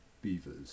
beavers